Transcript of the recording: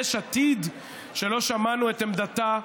ויש עתיד שלא שמענו את עמדתה,